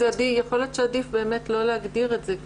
יכול להיות שעדיף לא לגעת.